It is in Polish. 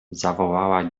zawołała